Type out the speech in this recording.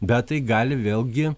bet tai gali vėlgi